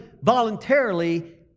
voluntarily